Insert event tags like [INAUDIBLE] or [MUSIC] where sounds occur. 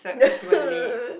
[LAUGHS]